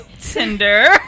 Tinder